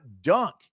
dunk